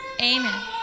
amen